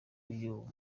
uyu